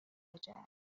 درجه